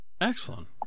Excellent